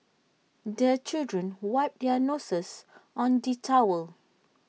the children wipe their noses on the towel